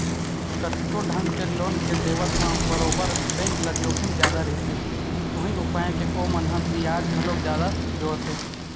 कतको ढंग के लोन के देवत म बरोबर बेंक ल जोखिम जादा रहिथे, उहीं पाय के ओमन ह बियाज घलोक जादा जोड़थे